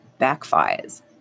backfires